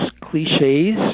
cliches